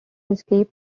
escape